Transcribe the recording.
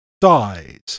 died